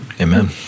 Amen